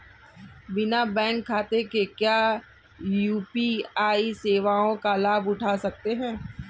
बिना बैंक खाते के क्या यू.पी.आई सेवाओं का लाभ उठा सकते हैं?